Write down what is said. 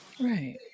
Right